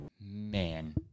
Man